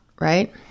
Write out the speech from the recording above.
right